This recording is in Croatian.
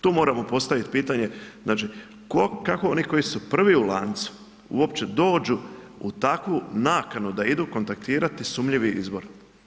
Tu moramo postaviti pitanje, znači, kako oni koji su prvi u lancu uopće dođu u takvu nakanu da idu kontaktirati sumnjivi izvor?